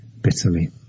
bitterly